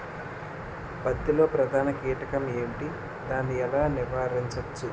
పత్తి లో ప్రధాన కీటకం ఎంటి? దాని ఎలా నీవారించచ్చు?